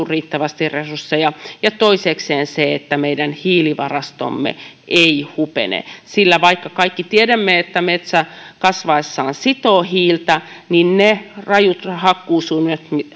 riittävästi resursseja ja toisekseen se että meidän hiilivarastomme ei hupene sillä vaikka kaikki tiedämme että metsä kasvaessaan sitoo hiiltä niin ne rajut hakkuusuunnitelmat